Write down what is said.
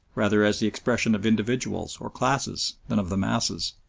rather as the expression of individuals or classes than of the masses,